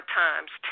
times